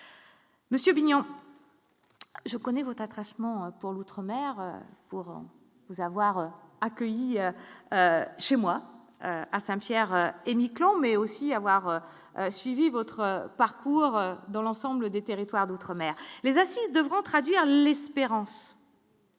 Monsieur Vignon je connais votre tragiquement pour l'outre-mer pour avoir accueilli chez moi à Saint-Pierre. Et Miquelon mais aussi avoir suivi votre parcours dans l'ensemble des territoires d'outre-mer, les assises devront traduire l'espérance.